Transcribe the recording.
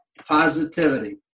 positivity